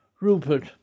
Rupert